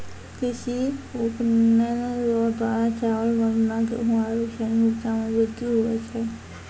कृषि विपणन रो द्वारा चावल, गन्ना, गेहू आरू सनी उपजा मे वृद्धि हुवै छै